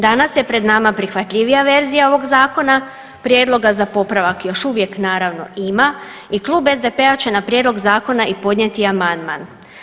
Danas je pred nama prihvatljivija verzija ovog zakona, prijedloga za popravak još uvijek naravno ima i klub SDP-a će na prijedlog zakona i podnijeti amandman.